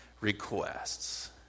requests